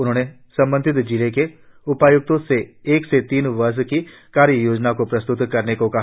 उन्होंने संबंधित जिलों के उपाय्क्तों से एक से तीन वर्ष की कार्ययोजना को प्रस्त्त करने को कहा